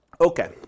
Okay